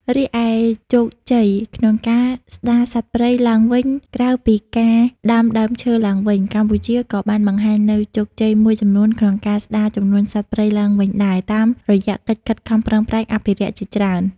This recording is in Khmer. រីឯជោគជ័យក្នុងការស្ដារសត្វព្រៃឡើងវិញក្រៅពីការដាំដើមឈើឡើងវិញ កម្ពុជាក៏បានបង្ហាញនូវជោគជ័យមួយចំនួនក្នុងការស្ដារចំនួនសត្វព្រៃឡើងវិញដែរ តាមរយៈកិច្ចខិតខំប្រឹងប្រែងអភិរក្សជាច្រើន។